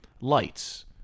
lights